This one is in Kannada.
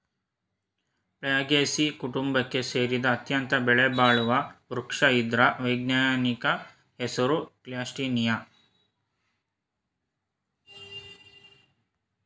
ಫ್ಯಾಗೇಸೀ ಕುಟುಂಬಕ್ಕೆ ಸೇರಿದ ಅತ್ಯಂತ ಬೆಲೆಬಾಳುವ ವೃಕ್ಷ ಇದ್ರ ವೈಜ್ಞಾನಿಕ ಹೆಸರು ಕ್ಯಾಸ್ಟಾನಿಯ